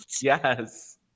Yes